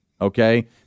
Okay